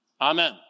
Amen